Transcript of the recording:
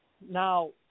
Now